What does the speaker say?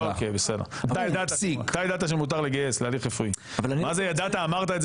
בגלל שאני מעריך אותך אמרתי את זה